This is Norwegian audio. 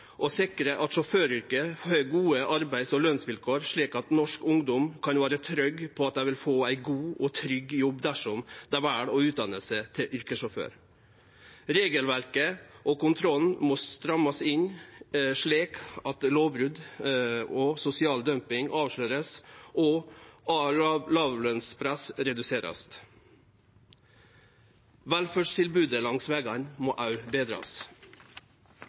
å slå ring rundt norske yrkessjåførar og sikre at sjåføryrket har gode arbeids- og lønsvilkår, slik at norsk ungdom kan vere trygge på at dei vil få ein god og trygg jobb dersom dei vel å utdanne seg til yrkessjåfør. Regelverket og kontrollen må strammast inn, slik at lovbrot og sosial dumping vert avslørt og låglønspress vert redusert. Velferdstilbodet langs vegane må òg betrast.